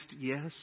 yes